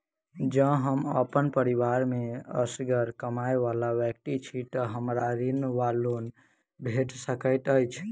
जँ हम अप्पन परिवार मे असगर कमाई वला व्यक्ति छी तऽ हमरा ऋण वा लोन भेट सकैत अछि?